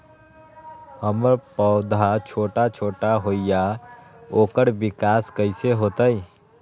हमर पौधा छोटा छोटा होईया ओकर विकास कईसे होतई?